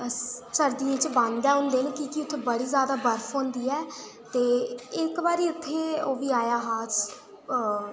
सर्दियें च बंद गै होंदे न क्योंकि उत्थै बड़ी ज्यादा बर्फ होंदी ऐ ते इक बारी उत्थै ओह् बी आया हा